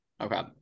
okay